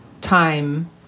time